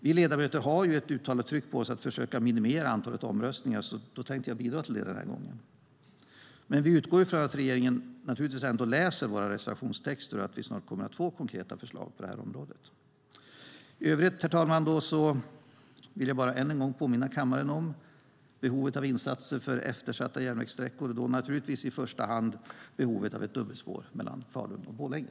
Vi ledamöter har ju ett uttalat tryck på oss att försöka minimera antalet omröstningar, så då tänkte jag bidra till det den här gången. Men vi utgår ändå från att regeringen läser våra reservationstexter och att vi snart kommer att få konkreta förslag på det här området. I övrigt, herr talman, vill jag bara än en gång påminna kammaren om behovet av insatser för eftersatta järnvägssträckor och då naturligtvis i första hand behovet av ett dubbelspår mellan Falun och Borlänge.